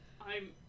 I'm-